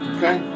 Okay